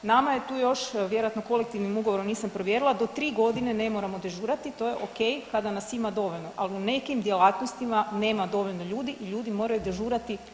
Nama je tu još vjerojatno kolektivnom ugovorom, nisam provjerila do 3 godine ne moramo dežurati, to je ok kada nas ima dovoljno, ali u nekim djelatnostima nema dovoljno ljudi i ljudi moraju dežurati